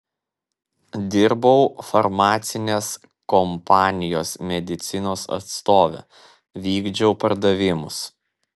dirbau farmacinės kompanijos medicinos atstove vykdžiau pardavimus